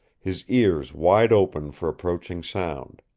his ears wide-open for approaching sound.